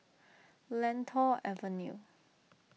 Lentor Avenue